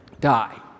Die